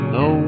no